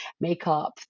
makeup